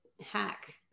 hack